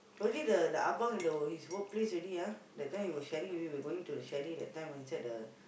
already the the abang in the in his workplace already ah that time he was sharing with you we were going to the chalet that time ah inside the